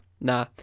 nah